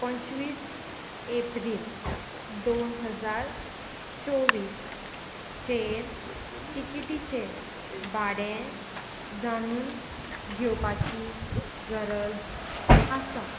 पंचवीस एप्रील दोन हजार चोवीस चेर टिकिटीचें भाडें जाणून घेवपाची गरज आसा